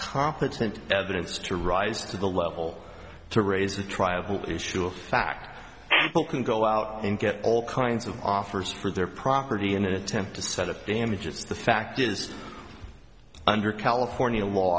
competent evidence to rise to the level to raise a triable issue of fact apple can go out and get all kinds of offers for their property in an attempt to set up damages the fact is under california law